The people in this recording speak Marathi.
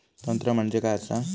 तंत्र म्हणजे काय असा?